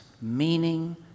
meaning